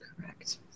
Correct